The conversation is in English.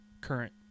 current